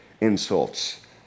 insults